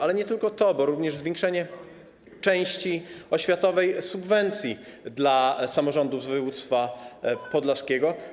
Ale nie tylko to, bo również zwiększenie części oświatowej subwencji dla samorządów z województwa podlaskiego.